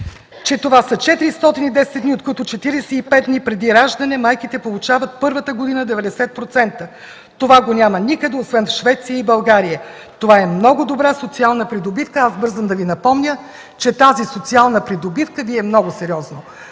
Това са 410 дни, от които 45 дни преди раждане, майките получават през първата година 90%. Това го няма никъде освен в Швеция и България. Това е много добра социална придобивка. Аз бързам да Ви напомня, че тази социална придобивка Вие много сериозно